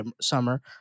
summer